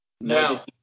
No